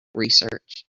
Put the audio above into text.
research